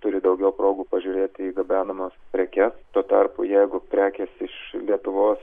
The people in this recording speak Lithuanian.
dėl turi daugiau progų pažiūrėti į gabenamas prekes tuo tarpu jeigu prekės iš lietuvos